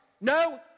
No